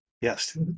yes